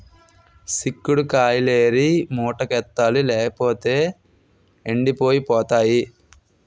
సిక్కుడు కాయిలేరి మూటకెత్తాలి లేపోతేయ్ ఎండిపోయి పోతాయి